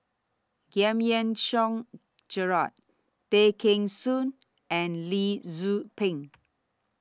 Giam Yean Song Gerald Tay Kheng Soon and Lee Tzu Pheng